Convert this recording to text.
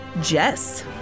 Jess